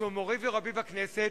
שהוא מורי ורבי בכנסת,